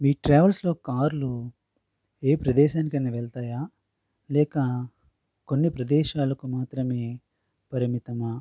మీ ట్రావెల్స్లో కార్లు ఏ ప్రదేశానికైనా వెళతాయా లేక కొన్ని ప్రదేశాలకు మాత్రమే పరిమితమా